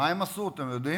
מה הם עשו, אתם יודעים?